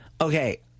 Okay